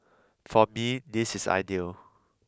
for me this is ideal